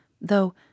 though